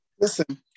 Listen